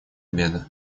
обеда